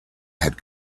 had